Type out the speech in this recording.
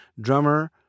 drummer